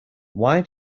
why